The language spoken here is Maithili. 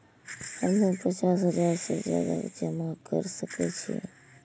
हमू पचास हजार से ज्यादा जमा कर सके छी?